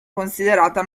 considerata